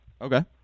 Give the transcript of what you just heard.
Okay